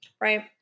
right